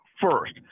First